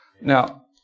Now